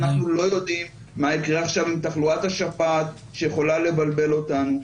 אנחנו לא יודעים מה יקרה עכשיו עם תחלואת השפעת שיכולה לבלבל אותנו,